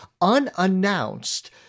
unannounced